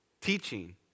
Teaching